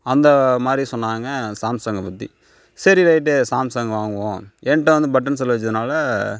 அந்தமாதிரி சொன்னாங்க சாம்சங்கை பற்றி சரி ரைட்டு சாம்சங் வாங்குவோம் என்கிட்ட வந்து பட்டன் செல்லு வெச்சதினால